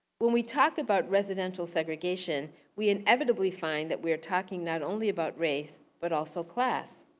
when we talk about residential segregation, we inevitably find that we are talking not only about race, but also class.